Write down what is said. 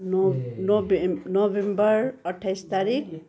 no नोबेम् November अट्ठाइस तारिक